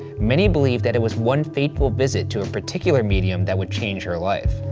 many believe that it was one fateful visit to a particular medium that would change her life.